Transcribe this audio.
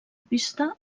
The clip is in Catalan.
pista